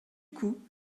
coup